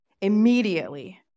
immediately